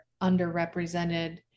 underrepresented